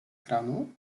kranu